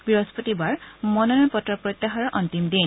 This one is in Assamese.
বৃহস্পতিবাৰ মননোয়ন পত্ৰ প্ৰত্যায়াৰৰ অস্তিম দিন